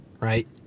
right